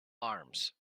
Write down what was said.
arms